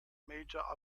major